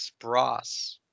Spross